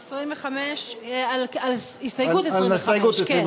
על הסתייגות 25, כן.